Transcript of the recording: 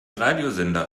radiosender